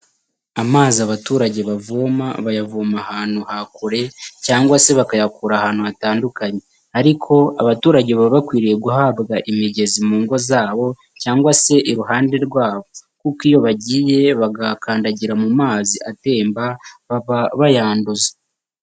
Amazi abaturage bavoma bayavoma ahantu hakure, cyangwase bakayakura ahantu hatandukanye, ariko abaturage baba bakwiye guhabwa amazi mu ngo zabo cyangwase iruhande rwabo, kuko iyo nagiye bakayakandagira mu mazi atemba baba bayandiza.